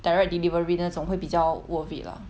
direct delivery 那种会比较 worth it lah